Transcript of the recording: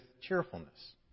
cheerfulness